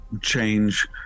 change